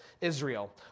Israel